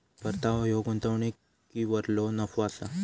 परतावो ह्यो गुंतवणुकीवरलो नफो असा